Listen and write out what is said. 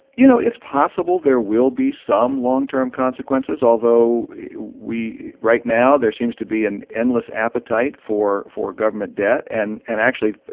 you know, it's possible there will be some long-term consequences, although we right now there seems to be an endless appetite for for government debt. and and actually,